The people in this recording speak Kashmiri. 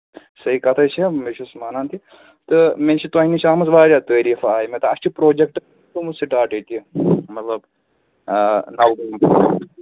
صحیح کَتھ حظ چھےٚ مےٚ چھُس مانان تہِ تہٕ مےٚ چھِ تۄہہِ نِش آمٕژ واریاہ تٲریٖف آیہِ مےٚ تہٕ اَسہِ چھُ پرٛوجیکٹ تھوٚومُت سِٹارٹ ییٚتہِ مطلب نَو